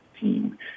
team